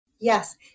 Yes